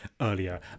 earlier